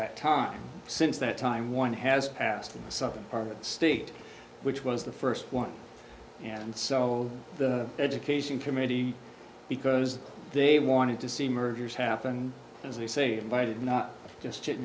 that time since that time one has passed in the southern part of the state which was the first one and so the education committee because they wanted to see mergers happen as they say invited not just